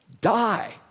die